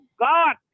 God